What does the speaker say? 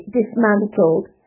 dismantled